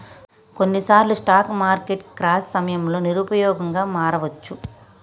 కొన్నిసార్లు స్టాక్ మార్కెట్లు క్రాష్ సమయంలో నిరుపయోగంగా మారవచ్చు